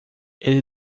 ele